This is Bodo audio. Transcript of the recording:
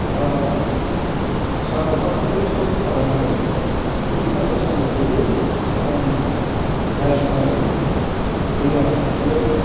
सान अखाफोरखौ साखि खालामनानै बै खाफाल सानायखौबो आं रायसनानै होयो आरो बेयाव